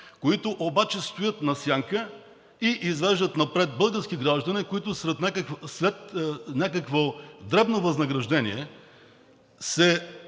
които обаче стоят на сянка и извеждат напред български граждани, които след някакво дребно възнаграждение се